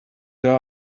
there